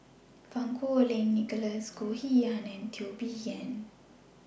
Fang Kuo Wei Nicholas Goh Yihan and Teo Bee Yen